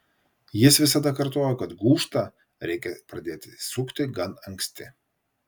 jis visada kartojo kad gūžtą reikia pradėti sukti gan anksti